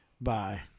Bye